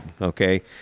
okay